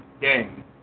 game